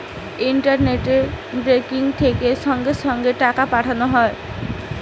internet banking থেকে সঙ্গে সঙ্গে টাকা পাঠানো যায়